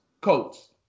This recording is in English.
Colts